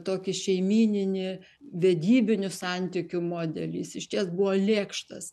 tokį šeimyninį vedybinių santykių modelį jis išties buvo lėkštas